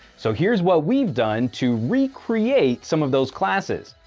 so here's what we've done to recreate some of those classes,